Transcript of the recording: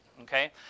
Okay